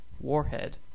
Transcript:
warhead